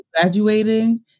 graduating